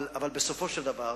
אבל בסופו של דבר